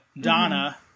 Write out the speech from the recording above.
Donna